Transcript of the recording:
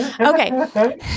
Okay